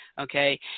okay